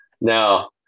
No